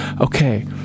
Okay